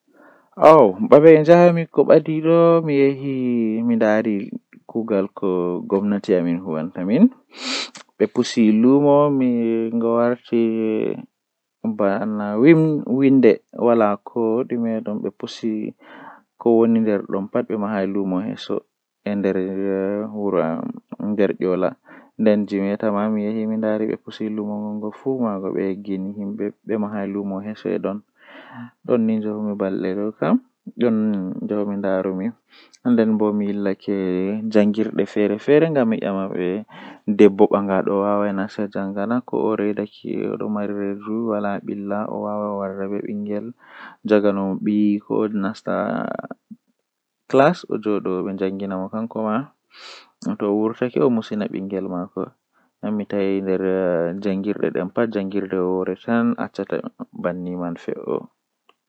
Fajjira tomi fini haa leso am mi ummi mi lalliti hunduko am mi yiiwi mi wari mi hasiti to mi hasiti mi dilla babal kuugan tomi warti be kikide mi yiiwa tomi yiwi mi waala mi siwto.